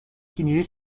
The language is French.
signée